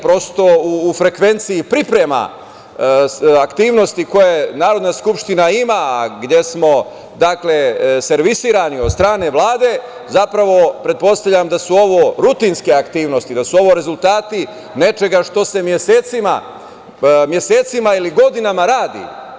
Prosto u frekvenciji priprema aktivnosti koje Narodna skupština ima, gde smo, dakle, servisirani od strane Vlade, zapravo pretpostavljam da su ovo rutinske aktivnosti, da su ovo rezultati nečega što se mesecima ili godinama radi.